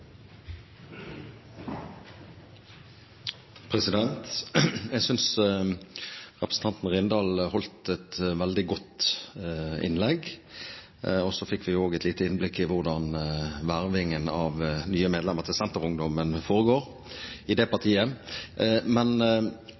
Jeg synes at representanten Rindal holdt et veldig godt innlegg, og så fikk vi jo også et lite innblikk i hvordan vervingen av nye medlemmer til Senterungdommen foregår. Senterpartiet er jo kanskje først og fremst det partiet